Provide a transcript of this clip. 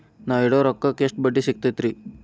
ನಾ ಇಡೋ ರೊಕ್ಕಕ್ ಎಷ್ಟ ಬಡ್ಡಿ ಸಿಕ್ತೈತ್ರಿ?